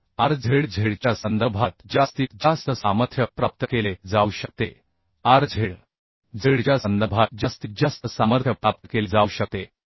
तर R z z च्या संदर्भात जास्तीत जास्त सामर्थ्य प्राप्त केले जाऊ शकते R z z च्या संदर्भात जास्तीत जास्त सामर्थ्य प्राप्त केले जाऊ शकते